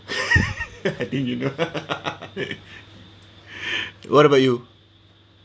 I think you know what about you